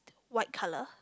white colour